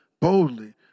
boldly